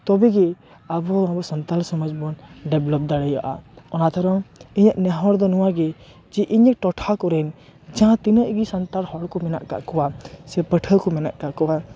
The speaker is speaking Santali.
ᱛᱚᱵᱮ ᱜᱤ ᱟᱵᱚ ᱟᱵᱚ ᱥᱟᱱᱛᱟᱲ ᱥᱚᱢᱟᱡᱽ ᱵᱚᱱ ᱰᱮᱵᱞᱳᱵ ᱫᱟᱲᱮᱭᱟᱜᱼᱟ ᱚᱱᱟ ᱛᱮᱲᱚᱝ ᱤᱧᱟᱹᱜ ᱱᱮᱦᱚᱨ ᱫᱚ ᱱᱚᱣᱟ ᱜᱤ ᱡᱮ ᱤᱧᱟᱹᱜ ᱴᱚᱴᱷᱟ ᱠᱚᱨᱮᱱ ᱡᱟᱦᱟᱸ ᱛᱤᱱᱟᱜ ᱜᱮ ᱥᱟᱱᱛᱟᱲ ᱦᱚᱲ ᱠᱚ ᱢᱮᱱᱟᱜ ᱟᱠᱟᱫ ᱠᱚᱣᱟ ᱥᱮ ᱯᱟᱹᱴᱷᱩᱭᱟᱹ ᱠᱚ ᱢᱮᱱᱟᱜ ᱟᱠᱟᱫ ᱠᱚᱣᱟ